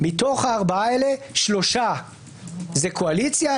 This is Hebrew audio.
מתוך הארבעה האלה שלושה זה קואליציה,